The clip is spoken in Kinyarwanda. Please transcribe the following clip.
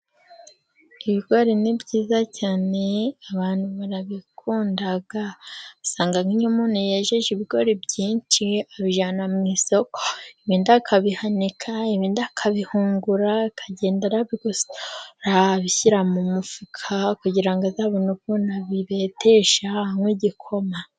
Ibigori ni byiza cyane abantu barabikunda usanga nk'iyo umuntu yejeje ibigori byinshi abijyana mu isoko ibindi akabihanika. Ibindi akabihungura akagenda abigosora abishyira mu mufuka kugira ngo azabone ukuntu abibetesha anywe igikoma.